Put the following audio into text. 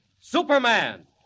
Superman